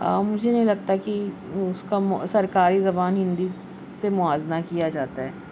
مجھے نہیں لگتا کہ اس کا سرکاری زبان ہندی سے موازنہ کیا جاتا ہے